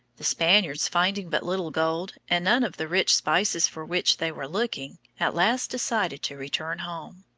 the spaniards, finding but little gold and none of the rich spices for which they were looking, at last decided to return home.